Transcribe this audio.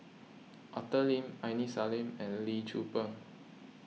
Arthur Lim Aini Salim and Lee Tzu Pheng